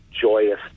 joyous